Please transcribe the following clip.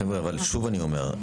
חברה, שוב אני אומר.